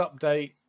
Update